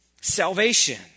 salvation